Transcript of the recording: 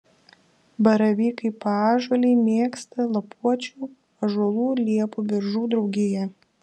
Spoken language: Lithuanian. baravykai paąžuoliai mėgsta lapuočių ąžuolų liepų beržų draugiją